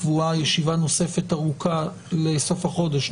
קבועה ישיבה נוספת ארוכה לסוף החודש,